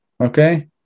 Okay